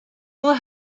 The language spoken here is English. will